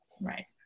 Right